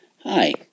Hi